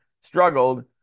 struggled